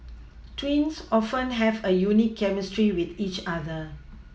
twins often have a unique chemistry with each other